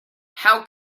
how